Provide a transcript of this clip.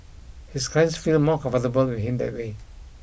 his clients feel more comfortable with him that way